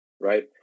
right